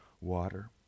water